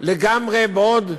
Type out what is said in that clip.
בעוד שנים,